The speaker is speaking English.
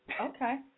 Okay